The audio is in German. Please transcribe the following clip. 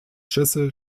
schüsse